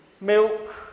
Milk